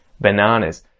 Bananas